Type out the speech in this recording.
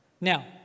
Now